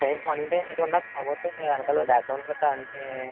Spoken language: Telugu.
టైం మార్నింగ్ టైం పెట్టకుండా కాకపోతే వెనకాల బ్యాక్గ్రౌండ్ గట్టా అన్నీ